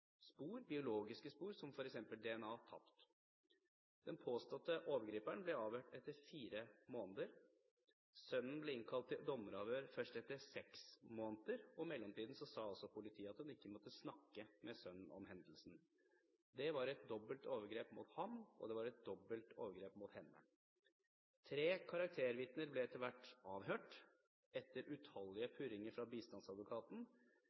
biologiske spor, som f.eks. DNA, tapt. Den påståtte overgriperen ble avhørt etter fire måneder. Sønnen ble innkalt til dommeravhør først etter seks måneder, og i mellomtiden sa også politiet at hun ikke måtte snakke med sønnen om hendelsen. Det var et dobbelt overgrep mot ham, og det var et dobbelt overgrep mot henne. Tre karaktervitner ble etter hvert avhørt – etter utallige purringer fra bistandsadvokaten